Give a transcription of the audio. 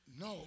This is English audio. No